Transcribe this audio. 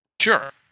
Sure